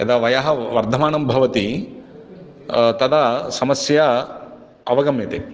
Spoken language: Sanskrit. यदा वयः वर्धमानं भवति तदा समस्या अवगम्यते